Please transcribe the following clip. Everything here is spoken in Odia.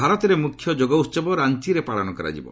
ଭାରତରେ ମୁଖ୍ୟ ଯୋଗ ଉହବ ରାଞ୍ଚିରେ ପାଳନ କରାଯିବ